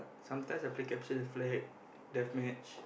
sometimes I play capture the flag Deathmatch